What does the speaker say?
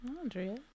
Andrea